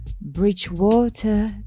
Bridgewater